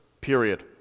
Period